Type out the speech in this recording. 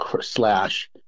slash